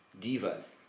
divas